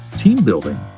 team-building